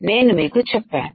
నేను మీకు చెప్పాను